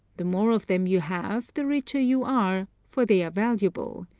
the more of them you have the richer you are, for they are valuable.